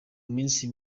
minsi